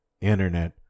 Internet